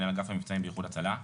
מנהל אגף המבצעים בארגון הצלה.